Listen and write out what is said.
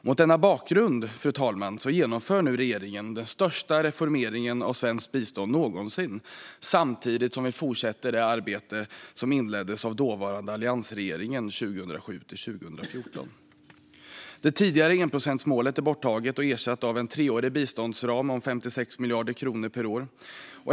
Mot denna bakgrund genomför nu regeringen den största reformeringen av svenskt bistånd någonsin samtidigt som vi fortsätter det arbete som inleddes av dåvarande alliansregeringen 2007-2014. Det tidigare enprocentsmålet är borttaget och ersatt av en treårig biståndsram om 56 miljarder kronor per år.